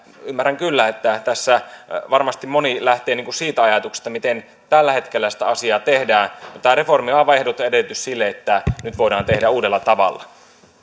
ymmärrän kyllä että tässä varmasti moni lähtee siitä ajatuksesta miten tällä hetkellä sitä asiaa tehdään tämä reformihan on aivan ehdoton edellytys sille että nyt voidaan tehdä uudella tavalla